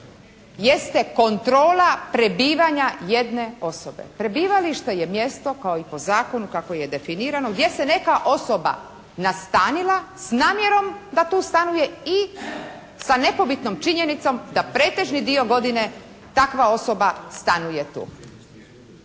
jeste kontrola prebivanja jedne osobe. Prebivalište je mjesto kao i po zakonu kako je definirano gdje se neka osoba nastanila s namjerom da tu stanuje i sa nepobitnom činjenicom da pretežni dio godine takva osoba stanuje tu.